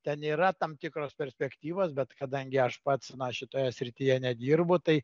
ten yra tam tikros perspektyvos bet kadangi aš pats na šitoje srityje nedirbu tai